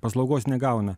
paslaugos negauna